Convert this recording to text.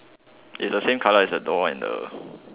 is the same colour as the door and the